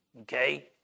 Okay